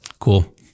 Cool